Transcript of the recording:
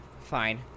fine